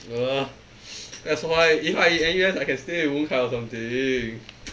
ugh that's why if I in N_U_S I can stay with wen kai or something